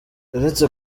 uretse